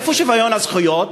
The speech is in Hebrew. איפה שוויון הזכויות?